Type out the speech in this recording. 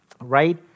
right